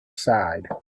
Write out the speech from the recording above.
side